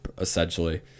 Essentially